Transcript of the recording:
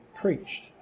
preached